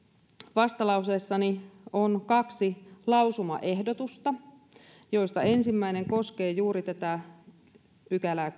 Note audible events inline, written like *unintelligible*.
vastalauseessani on kaksi lausumaehdotusta ensimmäinen koskee juuri tätä kymmenettä pykälää *unintelligible*